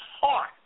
heart